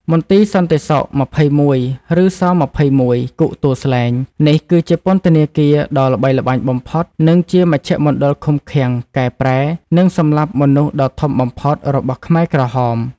មន្ទីរសន្តិសុខ ២១ (ឬ ស-២១) គុកទួលស្លែង នេះគឺជាពន្ធនាគារដ៏ល្បីល្បាញបំផុត និងជាមជ្ឈមណ្ឌលឃុំឃាំង កែប្រែ និងសម្លាប់មនុស្សដ៏ធំបំផុតរបស់ខ្មែរក្រហម។